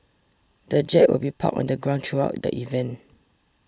the jet will be parked on the ground throughout the event